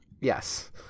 Yes